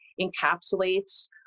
encapsulates